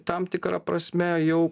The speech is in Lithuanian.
tam tikra prasme jau